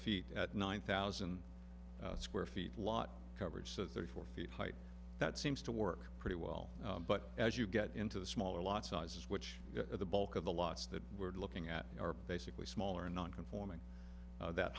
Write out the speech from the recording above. feet at nine thousand square feet lot coverage so they're four feet high that seems to work pretty well but as you get into the smaller lot sizes which are the bulk of the lots that we're looking at are basically smaller non conforming that